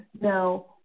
Now